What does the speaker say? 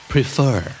Prefer